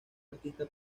artista